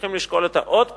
צריכים לשקול אותה עוד פעם,